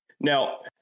Now